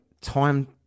time